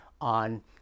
on